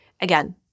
again